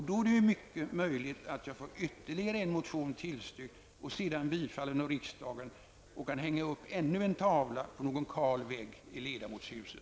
Då är det mycket möjligt att jag får ytterligare en motion tillstyrkt och sedan bifallen av riksdagen och kan hänga upp ännu en tavla på någon kal vägg i ledamotshuset.